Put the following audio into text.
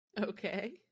Okay